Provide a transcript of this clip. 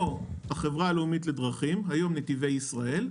או החברה הלאומית לדרכים, היום נתיבי ישראל,